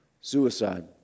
suicide